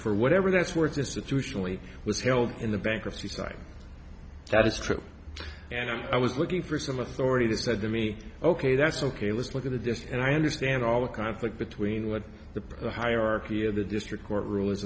for whatever that's worth this it usually was held in the bankruptcy side that's true and i was looking for some authority that said to me ok that's ok let's look at the desk and i understand all the conflict between what the hierarchy of the district court ru